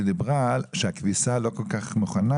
היא דיברה שהכביסה לא כל כך מוכנה,